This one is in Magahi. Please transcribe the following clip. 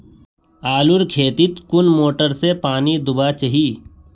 आलूर खेतीत कुन मोटर से पानी दुबा चही?